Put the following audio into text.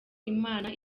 imana